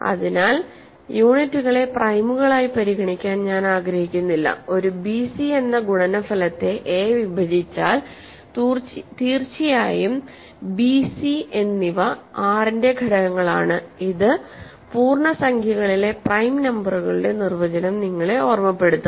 അതിനാൽ യൂണിറ്റുകളെ പ്രൈമുകളായി പരിഗണിക്കാൻ ഞാൻ ആഗ്രഹിക്കുന്നില്ല ഒരു ബിസി എന്ന ഗുണനഫലത്തെ a വിഭജിച്ചാൽ തീർച്ചയായും ബി സി എന്നിവ R ന്റെ ഘടകങ്ങളാണ് ഇത് പൂർണ്ണസംഖ്യകളിലെ പ്രൈം നമ്പറുകളുടെ നിർവചനം നിങ്ങളെ ഓർമ്മപ്പെടുത്തും